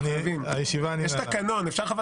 הישיבה ננעלה בשעה